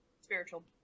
spiritual